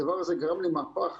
הדבר הזה גרם למהפך.